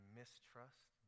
mistrust